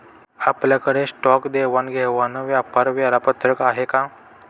आपल्याकडे स्टॉक देवाणघेवाण व्यापार वेळापत्रक आहे का?